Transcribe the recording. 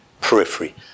periphery